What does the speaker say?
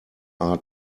are